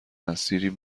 مسیر